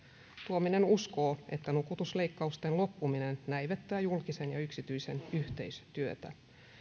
tuominen uskoo että nukutusleikkausten loppuminen näivettää julkisen ja yksityisen yhteistyötä